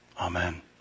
Amen